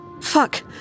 Fuck